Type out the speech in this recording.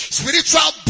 spiritual